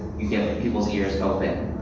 you get people's ears open.